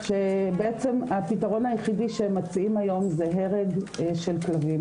שבעצם הפתרון היחידי שהם מציעים היום זה הרג של כלבים.